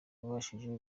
yabashije